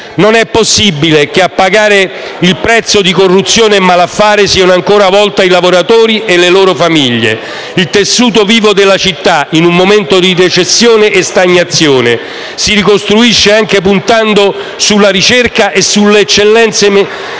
Non e possibile che a pagare il prezzo di corruzione e malaffare siano ancora una volta i lavoratori e le loro famiglie. Il tessuto vivo della citta, in un momento di recessione e stagnazione, si ricostruisce anche puntando sulla ricerca e sulle eccellenze mediche.